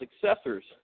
successors